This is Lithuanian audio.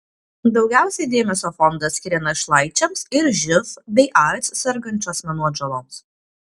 daugiausiai dėmesio fondas skiria našlaičiams ir živ bei aids sergančių asmenų atžaloms